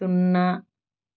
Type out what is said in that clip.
సున్నా